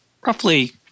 roughly